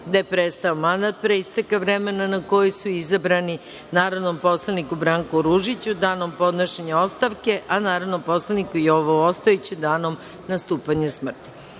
je prestao mandat, pre isteka vremena na koje su izabrani, narodnom poslaniku Branku Ružiću, danom podnošenja ostavke, a narodnom poslaniku Jovu Ostojiću, danom nastupanja